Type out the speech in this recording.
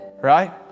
Right